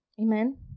Amen